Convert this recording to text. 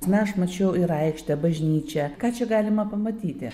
na aš mačiau ir aikštę bažnyčią ką čia galima pamatyti